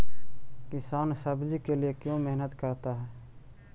किसान सब्जी के लिए क्यों मेहनत करता है?